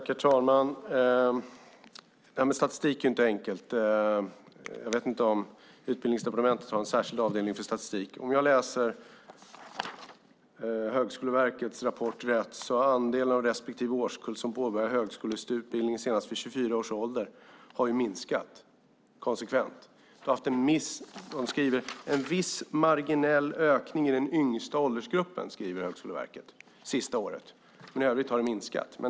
Herr talman! Det här med statistik är inte enkelt. Jag vet inte om Utbildningsdepartementet har en särskild avdelning för statistik. Om jag läser Högskoleverkets rapport rätt har andelen av respektive årskull som senast vid 24 års ålder påbörjat en högskoleutbildning konsekvent minskat. Högskoleverket skriver om en viss marginell ökning i den yngsta åldersgruppen under det senaste året. I övrigt har det varit en minskning.